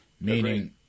meaning